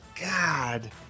God